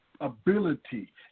ability